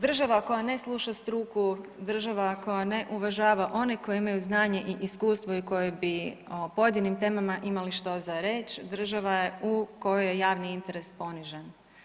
Država koja ne sluša struku, država koje ne uvažava one koji imaju znanje i iskustvo i koji bi o pojedinim temama imali što za reći, država je u kojoj je javni interes ponižen.